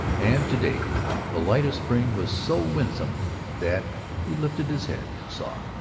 and to-day the light of spring was so winsome that he lifted his head and saw.